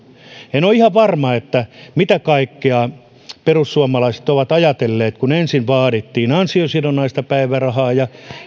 en ole ihan varma mitä kaikkea perussuomalaiset ovat ajatelleet kun ensin vaadittiin ansiosidonnaista päivärahaa ja